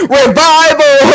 revival